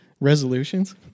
resolutions